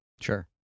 Sure